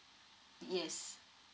yes